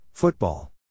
Football